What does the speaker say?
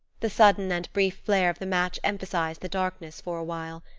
the sudden and brief flare of the match emphasized the darkness for a while.